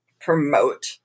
promote